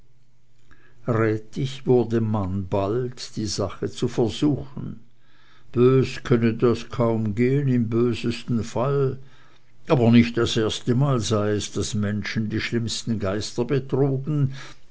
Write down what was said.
wurde man bald die sache zu versuchen bös könne das kaum gehen im bösesten fall aber nicht das erstemal sei es daß menschen die schlimmsten geister betrogen